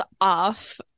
off